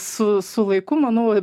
su su laiku manau